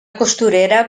costurera